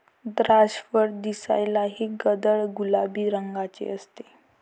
द्राक्षफळ दिसायलाही गडद गुलाबी रंगाचे असते